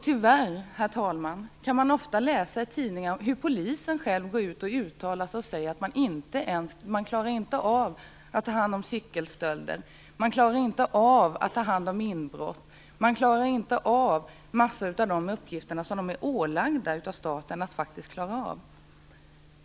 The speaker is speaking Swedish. Tyvärr kan man ofta läsa i tidningarna hur polisen själv uttalar sig och säger att man inte klarar av att ta hand om cykelstölder, inbrott och andra uppgifter som man är ålagd av staten att sköta.